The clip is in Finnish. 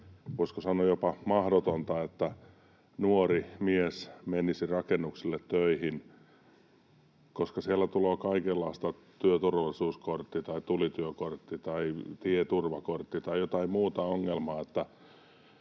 sanoa, jopa mahdotonta, että nuori mies menisi rakennuksille töihin, koska siellä tulee kaikenlaista työturvallisuuskortti- tai tulityökortti- tai tieturvakortti- tai jotain muuta ongelmaa,